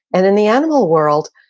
and in the animal world,